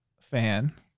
fan